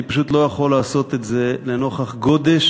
אני פשוט לא יכול לעשות את זה לנוכח גודש